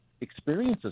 experiences